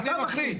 אתה מחליט.